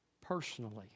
personally